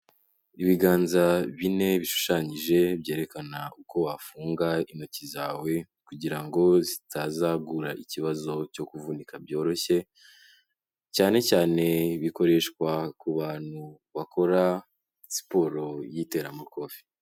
Ibiganza bine bishushanyije byerekana uko wafunga intoki zawe kugira ngo zitazagura ikibazo cyo kuvunika byoroshye, cyane cyane bikoreshwa ku bantu bakora siporo y'iteramakofe.